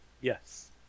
yes